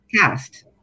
cast